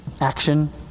action